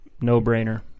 no-brainer